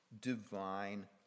divine